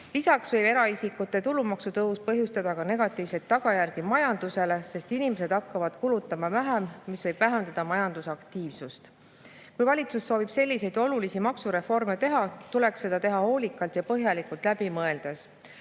Lisaks võib eraisikute tulumaksu tõus põhjustada ka negatiivseid tagajärgi majandusele, sest inimesed hakkavad kulutama vähem ja see võib vähendada majandusaktiivsust. Kui valitsus soovib selliseid olulisi maksureforme teha, tuleks seda teha hoolikalt ja põhjalikult läbi mõeldes.